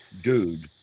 dude